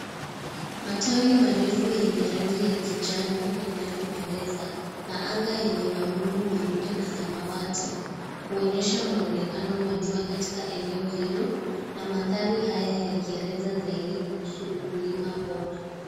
Matawi marefu yenye rangi ya kijani yanayopendeza na anga yenye mawingu meupe na samawati, kuonyesha mwonekano wa jua katika eneo hilo na mandhari haya yakieleza zaidi kuhusu ukulima bora.